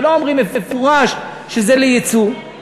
ולא אומרים במפורש שזה ליצוא,